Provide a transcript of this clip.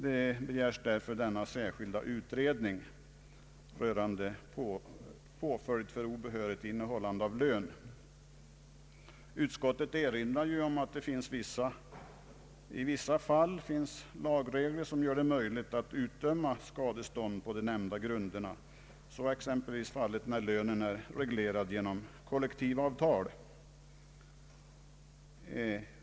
Det begärs därför en särskild Utskottet erinrar om att det finns i vissa fall lagregler, som gör det möjligt utdöma skadestånd på de nämnda grunderna. Så är exempelvis fallet när lönen är reglerad genom kollektivavtal.